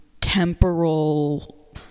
temporal